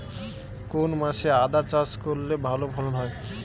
কোন মাসে আদা চাষ করলে ভালো ফলন হয়?